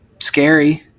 Scary